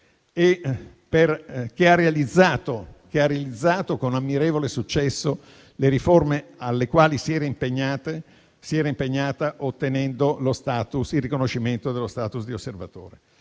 che ha realizzato con ammirevole successo le riforme per le quali si era impegnata, ottenendo il riconoscimento dello *status* di Paese